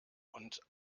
und